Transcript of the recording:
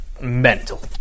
mental